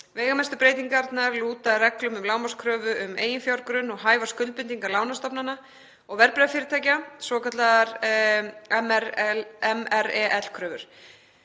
Veigamestu breytingarnar lúta að reglum um lágmarkskröfu um eiginfjárgrunn og hæfar skuldbindingar lánastofnana og verðbréfafyrirtækja, svokallaðar MREL-kröfur.